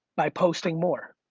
by posting more.